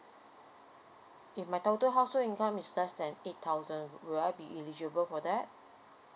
if my total household income is less than eight thousand will I be eligible for that